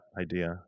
idea